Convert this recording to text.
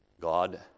God